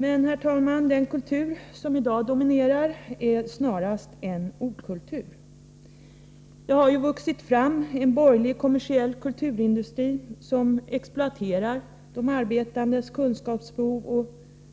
Men, herr talman, den kultur som i dag dominerar är snarast en okultur. Det har vuxit fram en borgerlig kommersiell kulturindustri, som exploaterar de arbetandes kunskapsbehov och